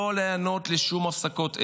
לא להיענות לשום הפסקות אש,